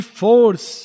force